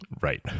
right